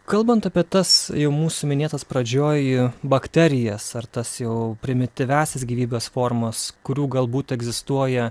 kalbant apie tas jau mūsų minėtas pradžioj bakterijas ar tas jau primityviąsias gyvybės formas kurių galbūt egzistuoja